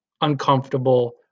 uncomfortable